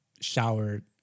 showered